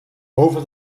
over